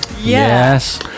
Yes